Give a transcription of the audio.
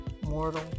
Mortal